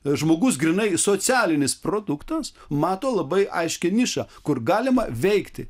žmogus grynai socialinis produktas mato labai aiškią nišą kur galima veikti